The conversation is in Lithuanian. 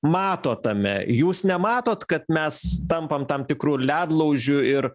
mato tame jūs nematot kad mes tampam tam tikru ledlaužiu ir